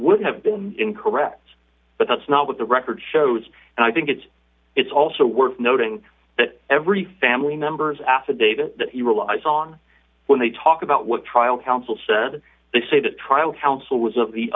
would have been incorrect but that's not what the record shows and i think it's it's also worth noting that every family member's affidavit that he relies on when they talk about what trial counsel said they say that trial counsel was of the